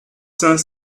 cinq